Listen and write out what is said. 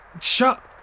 Shut